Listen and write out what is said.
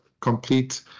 complete